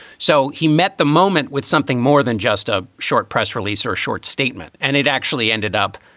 so he met the moment with something more than just a short press release or a short statement. and it actually ended up,